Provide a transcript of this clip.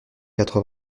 quatre